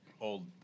Old